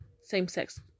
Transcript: same-sex